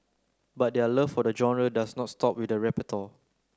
but their love for the genre does not stop with the repertoire